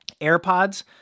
AirPods